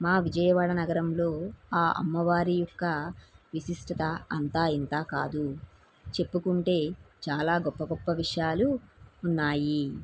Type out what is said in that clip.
మా విజయవాడ నగరంలో ఆ అమ్మవారి యొక్క విశిష్టత అంతా ఇంతా కాదు చెప్పుకుంటే చాలా గొప్ప గొప్ప విషయాలు ఉన్నాయి